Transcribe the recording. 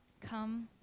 Come